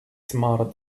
smarter